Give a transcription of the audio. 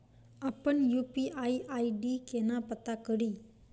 अप्पन UPI ID केना पत्ता कड़ी?